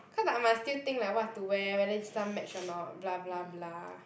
cause I must still think like what to wear whether this one match or not blah blah blah